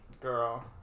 Girl